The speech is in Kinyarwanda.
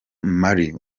marie